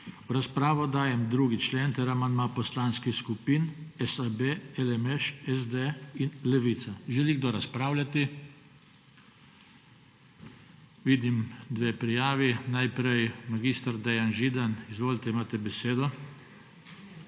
V razpravo dajem 2. člen ter amandma poslanskih skupin SAB, LMŠ, SD in Levica. Želi kdo razpravljati? (Da.) Vidim dve prijavi. Najprej, mag. Dejan Židan. Izvolite, imate besedo.